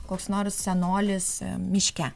koks nors senolis miške